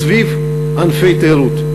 סביב ענפי תיירות,